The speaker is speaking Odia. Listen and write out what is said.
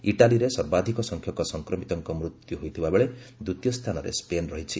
ଇଟାଲୀରେ ସର୍ବାଧିକ ସଂଖ୍ୟକ ସଂକ୍ରମିତଙ୍କ ମୃତ୍ୟୁ ହୋଇଥିବା ବେଳେ ଦ୍ୱିତୀୟ ସ୍ଥାନରେ ସ୍କେନ୍ ରହିଛି